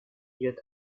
идет